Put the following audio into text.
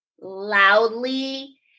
loudly